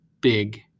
big